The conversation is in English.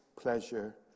pleasure